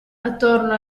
attorno